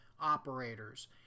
operators